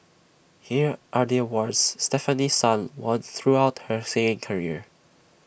here are the awards Stefanie sun won throughout her singing career